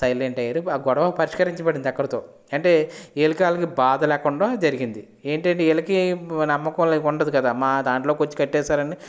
silent అయ్యారు ఆ గొడవ పరిష్కరించబడింది అక్కడితో అంటే వీళ్ళకి వాళ్ళకి బాధ లేకుండా జరిగింది ఏంటంటే వీళ్ళకి నమ్మకం అనేది ఉండదు కదా మా దానిలోకి వచ్చి కట్టేసారని